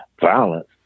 violence